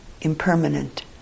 impermanent